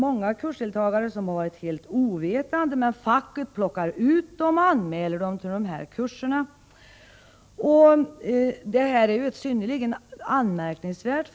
Många kursdeltagare har varit helt ovetande. Men facket plockar ut vederbörande och anmäler dem till kurserna. Förfarandet är synnerligen anmärkningsvärt.